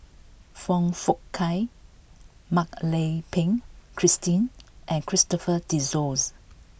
Foong Fook Kay Mak Lai Peng Christine and Christopher De Souza